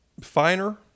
finer